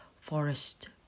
Forest